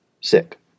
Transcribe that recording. sick